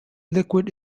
liquid